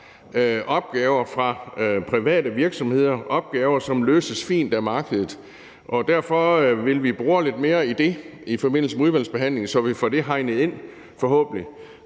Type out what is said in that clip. opgaver fra private virksomheder, opgaver, som løses fint af markedet, og derfor vil vi bore lidt mere i det i forbindelse med udvalgsbehandlingen, så vi får det hegnet ind, forhåbentlig.